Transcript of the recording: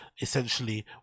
essentially